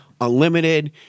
Unlimited